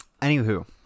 Anywho